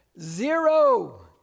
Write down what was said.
Zero